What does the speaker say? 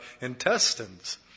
intestines